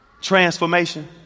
transformation